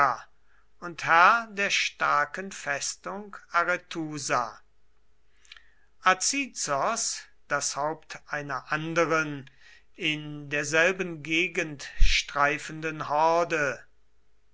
und herr der starken festung arethusa azizos das haupt einer anderen in derselben gegend streifenden horde